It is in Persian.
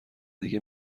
دیگه